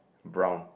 brown